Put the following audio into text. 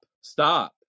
Stop